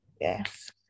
Yes